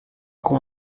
com